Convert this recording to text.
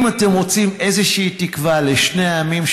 אם אתם רוצים איזושהי תקווה לשני העמים,